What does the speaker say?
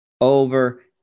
over